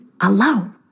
alone